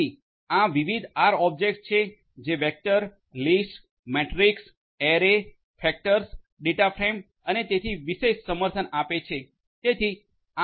તેથી આ વિવિધ આર ઓબ્જેકટસ છે જે vector list matrix array factors data frames અને તેથી વિશેષ સમર્થન આપે છે